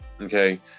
Okay